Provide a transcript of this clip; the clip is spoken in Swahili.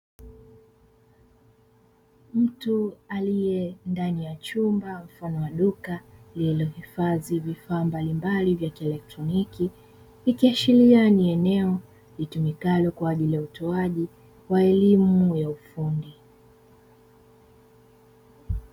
Mtu aliye ndani ya chumba mfano wa duka lililohifadhi vifaa mbalimbali vya elektroniki ikiashiria ni eneo litumikalo kwa ajili ya utoaji wa elimu ya ufundi.